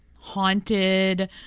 Haunted